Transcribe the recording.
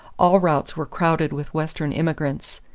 all routes were crowded with western immigrants.